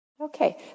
Okay